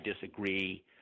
disagree